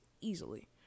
easily